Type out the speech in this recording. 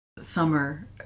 summer